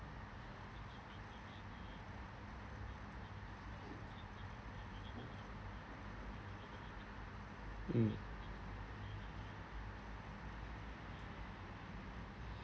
mm